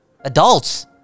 adults